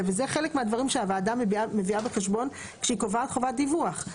וזה חלק מהדברים שהוועדה מביאה בחשבון כשהיא קובעת חובת דיווח,